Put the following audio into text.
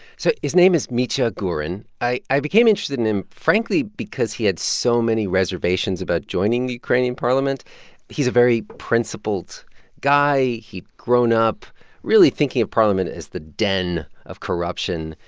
so his name is mitya hurin. i i became interested in him, frankly, because he had so many reservations about joining the ukrainian parliament he's a very principled guy. he'd grown up really thinking of parliament as the den of corruption.